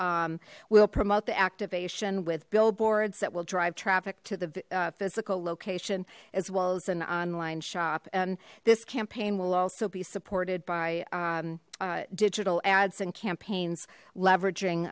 will promote the activation with billboards that will drive traffic to the physical location as well as an online shop and this campaign will also be supported by digital ads and campaigns leveraging